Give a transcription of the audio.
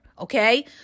Okay